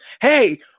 Hey